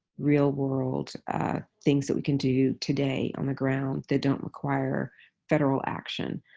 real-world things that we can do today on the ground they don't require federal action.